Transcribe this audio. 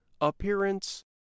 appearance